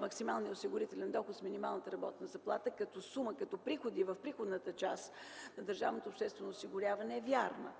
максималния осигурителен доход с минималната работна заплата като сума, като приходи в приходната част на Държавното обществено осигуряване, е вярна.